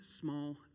small